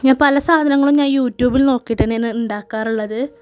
ഞാൻ പല സാധനങ്ങളും ഞാൻ യൂട്യൂബിൽ നോക്കിയിട്ട് തന്നെയാണ് ഉണ്ടാക്കാറുള്ളത്